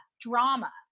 drama